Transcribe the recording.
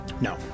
No